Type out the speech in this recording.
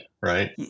right